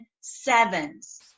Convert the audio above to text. sevens